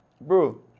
bro